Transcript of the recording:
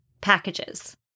packages